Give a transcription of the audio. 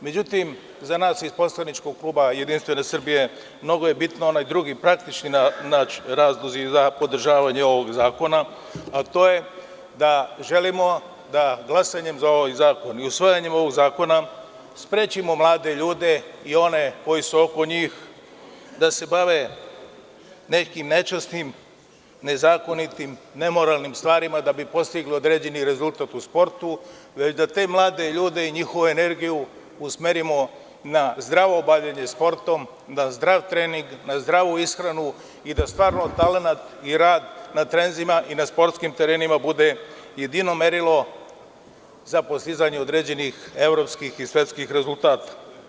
Međutim, za nas iz poslaničkog kluba JS, mnogo su bitni oni drugi praktični razlozi za podržavanje ovog zakona, a to je da želimo da glasanjem za ovaj zakon i usvajanjem ovog zakona sprečimo mlade ljude i one koji su oko njih da se bave nekim nečasnim, nezakonitim, nemoralnim stvarima da bi postigli određeni rezultat u sportu, već da te mlade ljude i njihovu energiju usmerimo na zdravo bavljenje sportom, na zdrav trening, na zdravu ishranu i da stvarno talenat i rad na treninzima i na sportskim terenima bude jedino merilo za postizanje određenih evropskih i svetskih rezultata.